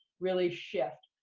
really shift.